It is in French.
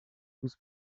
tous